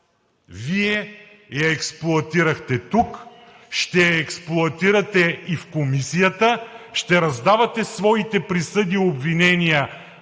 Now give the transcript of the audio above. Вие я експлоатирахте тук, ще я експлоатирате и в комисията, ще раздавате своите присъди и обвинения,